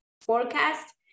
forecast